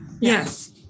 yes